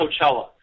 Coachella